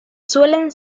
suelen